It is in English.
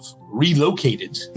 relocated